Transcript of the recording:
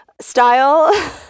style